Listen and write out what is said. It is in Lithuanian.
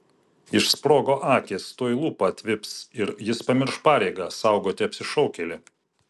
išsprogo akys tuoj lūpa atvips ir jis pamirš pareigą saugoti apsišaukėlį